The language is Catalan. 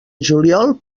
juliol